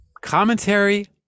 commentary